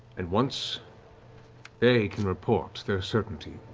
and once they can report their certainty